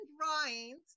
drawings